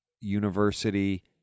University